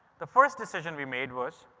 the first decision we made was,